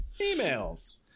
Emails